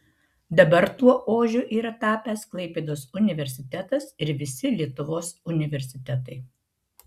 dabar tuo ožiu yra tapęs klaipėdos universitetas ir visi lietuvos universitetai